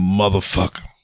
motherfucker